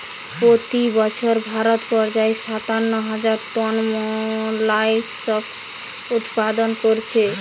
পোতি বছর ভারত পর্যায়ে সাতান্ন হাজার টন মোল্লাসকস উৎপাদন কোরছে